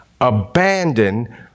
abandon